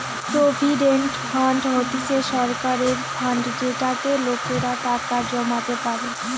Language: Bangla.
প্রভিডেন্ট ফান্ড হতিছে সরকারের ফান্ড যেটাতে লোকেরা টাকা জমাতে পারে